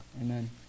Amen